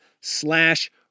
slash